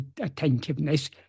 attentiveness